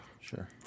sure